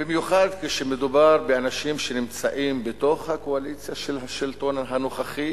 במיוחד כשמדובר באנשים שנמצאים בתוך הקואליציה של השלטון הנוכחי